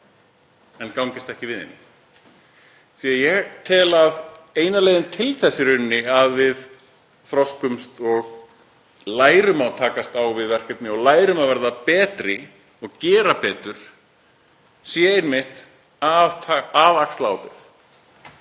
en gangist ekki við henni. Ég tel að eina leiðin til þess að við þroskumst og lærum að takast á við verkefni og lærum að verða betri og gera betur sé einmitt að axla